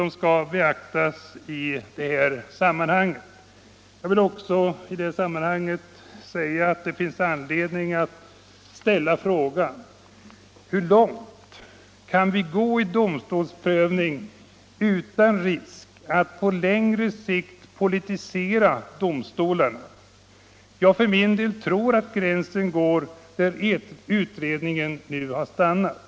I detta sammanhang finns det anledning att ställa frågan: Hur långt kan vi gå i domstolsprövning utan risk att på längre sikt politisera domstolarna? Jag för min del tror att gränsen går där utredningen nu har stannat.